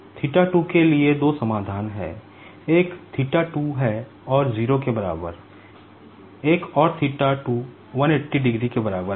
theta 2 के लिए दो समाधान हैं एक थीटा 2 है 0 के बराबर एक और थीटा 2 180 डिग्री के बराबर है